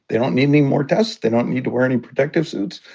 they don't need any more tests. they don't need to wear any protective suits.